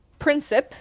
Princip